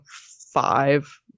five